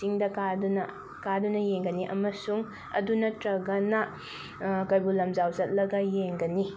ꯆꯤꯡꯗ ꯀꯥꯗꯨꯅ ꯀꯥꯗꯨꯅ ꯌꯦꯡꯒꯅꯤ ꯑꯃꯁꯨꯡ ꯑꯗꯨ ꯅꯠꯇ꯭ꯔꯒꯅ ꯀꯩꯕꯨꯜ ꯂꯝꯖꯥꯎ ꯆꯠꯂꯒ ꯌꯦꯡꯒꯅꯤ